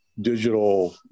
digital